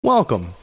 Welcome